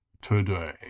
today